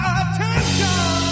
attention